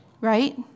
right